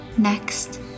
Next